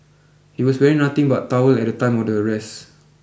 he was wearing nothing but towel at the time of the arrest